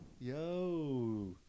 Yo